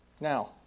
Now